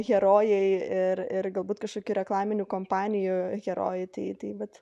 herojai ir ir galbūt kažkokių reklaminių kompanijų herojai tai tai vat